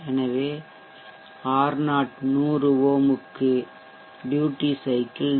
எனவே R0 100 ohm க்கு duty cycle 0